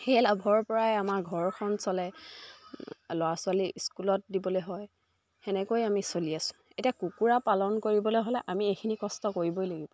সেই লাভৰ পৰাই আমাৰ ঘৰখন চলে ল'ৰা ছোৱালী স্কুলত দিবলৈ হয় তেনেকৈ আমি চলি আছোঁ এতিয়া কুকুৰা পালন কৰিবলৈ হ'লে আমি এইখিনি কষ্ট কৰিবই লাগিব